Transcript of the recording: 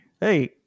hey